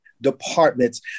departments